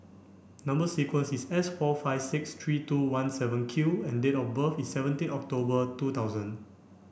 number sequence is S four five six three two one seven Q and date of birth is seventeen October two thousand